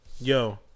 Yo